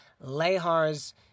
Lehar's